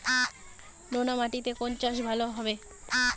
নোনা মাটিতে কোন চাষ ভালো হবে?